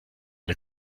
der